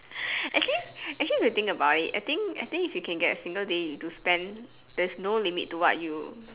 actually actually if you think about it I think I think if you can get a single day to spend there's no limit to what you